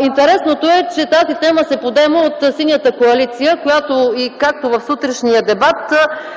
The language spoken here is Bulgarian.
интересното е, че тази тема се подема от Синята коалиция, която както в сутрешния дебат,